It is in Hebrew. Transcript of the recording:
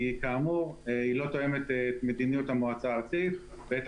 כי כאמור היא לא תואמת את מדיניות המועצה הארצית ואת